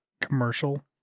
commercial